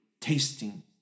tasting